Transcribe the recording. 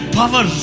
power